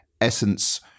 Essence